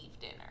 dinner